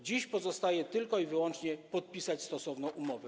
Dziś pozostaje tylko i wyłącznie podpisać stosowną umowę.